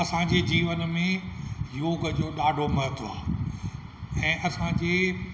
असांजे जीवन में योग जो ॾाढो महत्व आहे ऐं असां जे